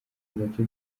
agace